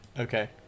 Okay